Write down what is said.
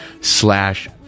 slash